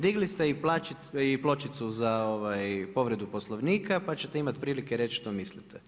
Digli ste i pločicu za povredu Poslovnika pa ćete imati prilike reći što mislite.